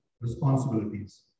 responsibilities